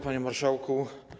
Panie Marszałku!